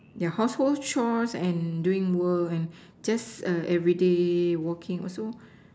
yeah household chores and doing work and just err everyday working also